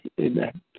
Amen